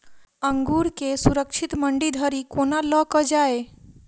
अंगूर केँ सुरक्षित मंडी धरि कोना लकऽ जाय?